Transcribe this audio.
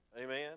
amen